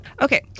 Okay